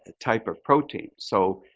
ah type of protein. so,